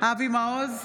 אבי מעוז,